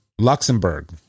Luxembourg